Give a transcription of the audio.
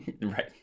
right